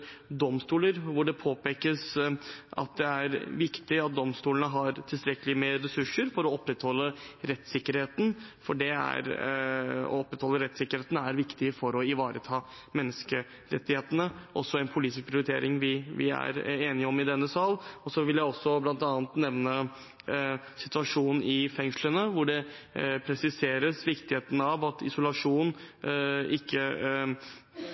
Det påpekes at det er viktig at domstolene har tilstrekkelig med ressurser for å opprettholde rettssikkerheten, og det er viktig for å ivareta menneskerettighetene, en politisk prioritering som vi er enige om i denne sal. Jeg vil også nevne situasjonen i fengslene, der det presiseres at det er viktig at isolasjon ikke